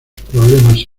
problemas